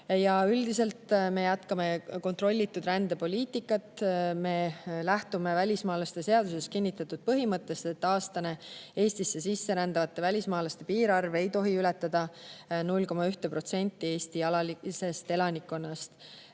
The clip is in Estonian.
Üldiselt me jätkame kontrollitud rändepoliitikat. Me lähtume välismaalaste seaduses kinnitatud põhimõttest, et aastane Eestisse sisserändavate välismaalaste arv ei tohi ületada 0,1% Eesti alalisest elanikkonnast.